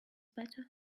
better